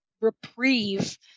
reprieve